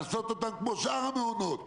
לעשות אותה כמו שאר המעונות.